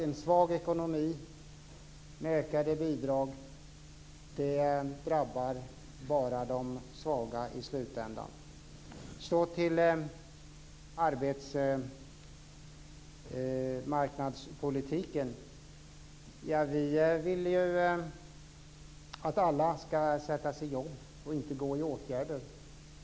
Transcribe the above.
En svag ekonomi med ökade bidrag drabbar i slutändan bara de svaga. Så till arbetsmarknadspolitiken. Vi vill att alla ska sättas i jobb och inte gå i åtgärder.